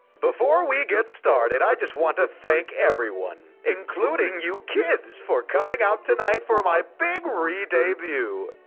before we get started, i just want to thank everyone. including you kids for coming out tonight for my big re-debut!